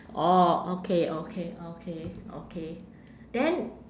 orh okay okay okay okay then